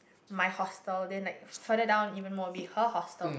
my hostel then like further down even more will be her hostel